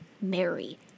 Mary